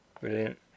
brilliant